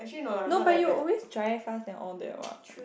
no but you always drive fast and all that what